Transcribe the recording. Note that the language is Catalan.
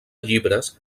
llibres